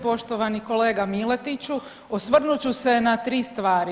Poštovani kolega Miletiću, osvrnut ću se na 3 stvari.